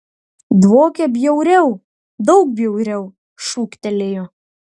dvokia bjauriau daug bjauriau šūktelėjo